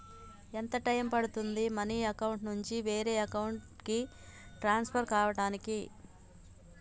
ఎంత టైం పడుతుంది money account నుంచి వేరే అకౌంట్ కి ట్రాన్స్ఫర్ కావటానికి?